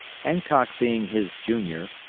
hancock being his junior,